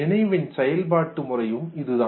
நினைவின் செயல்பாட்டு முறையும் இதுதான்